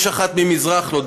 יש אחת ממזרח לו,